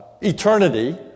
eternity